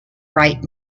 right